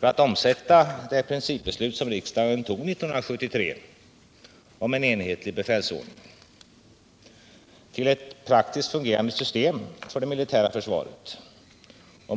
för att omsätta det principbeslut som riksdagen tog 1973 om en enhetlig befälsordning i ett praktiskt fungerande system för det militära försvaret.